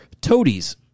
Toadies